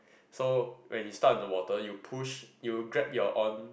so when you start in the water you push you grab your own